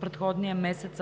предходния месец